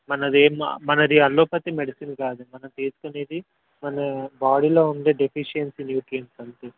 మనది మనది allopathy medicine కాదు తీసుకునేది మన బాడీలో ఉండే డెఫిషియన్సీ న్యూట్రియంట్స్ అంతే